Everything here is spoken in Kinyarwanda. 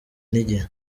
n’igihe